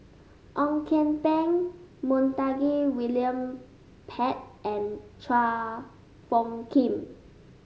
Ong Kian Peng Montague William Pett and Chua Phung Kim